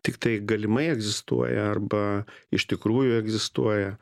tiktai galimai egzistuoja arba iš tikrųjų egzistuoja